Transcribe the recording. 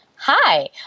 Hi